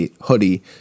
hoodie